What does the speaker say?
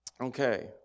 Okay